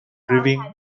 brewing